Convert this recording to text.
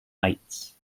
heights